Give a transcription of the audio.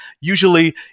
usually